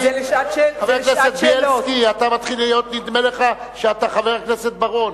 חבר הכנסת בילסקי, נדמה לך שאתה חבר הכנסת בר-און.